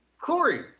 Corey